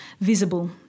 visible